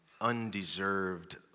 undeserved